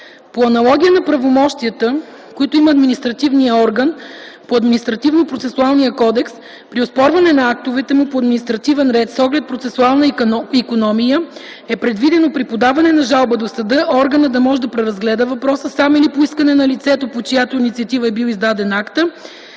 По аналогия на правомощията, които има административният орган по Административнопроцесуалния кодекс при оспорване на актовете му по административен ред, с оглед процесуална икономия, е предвидено при подаване на жалба до съда, органът да може да преразгледа въпроса сам или по искане на лицето, по чиято инициатива е бил издаден актът,